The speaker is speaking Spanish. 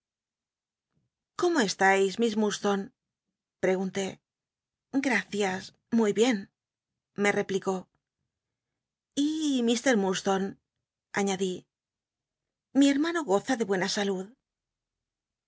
cómo cstais miss muadslone pregunté g acias muy bien me replicó y ir murdston e añadí mi hermano goza de buena salud